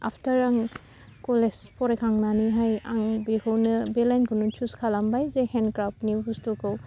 आफथार आङो कलेज फरायखांनानैहाय आं बेखौनो बे लाइनखौनो सुस खालामबाय जे हेन्दक्राफ्टनि बुस्थुखौ